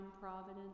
providence